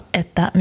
että